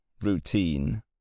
Routine